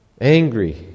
Angry